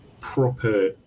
proper